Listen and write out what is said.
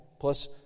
plus